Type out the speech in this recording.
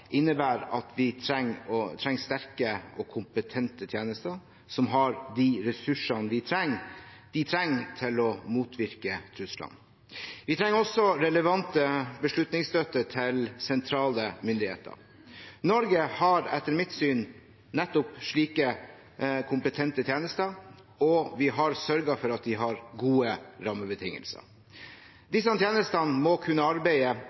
innebærer at vi trenger sterke og kompetente tjenester som har de ressursene de trenger til å motvirke truslene. Vi trenger også relevant beslutningsstøtte til sentrale myndigheter. Norge har etter mitt syn nettopp slike kompetente tjenester, og vi har sørget for at de har gode rammebetingelser. Disse tjenestene må kunne arbeide